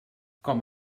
com